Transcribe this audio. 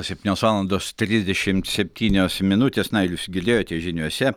septynios valandos trisdešimt septynios minutės na ir jūs girdėjote žiniose